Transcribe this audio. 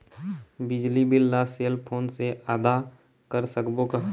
बिजली बिल ला cell phone से आदा कर सकबो का?